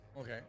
Okay